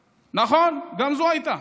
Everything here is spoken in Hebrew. נכון, גם זו הייתה,